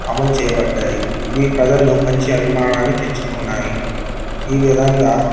అమలు చేయబడ్డాయి ఇవి ప్రజల్లో మంచి అభమానాన్ని తెచ్చుకున్నాయి ఈ విధంగా